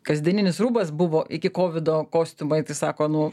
kasdieninis rūbas buvo iki kovido kostiumai tai sako nu